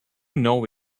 know